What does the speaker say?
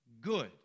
good